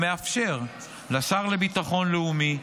המאפשר לשר לביטחון לאומי,